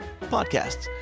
podcasts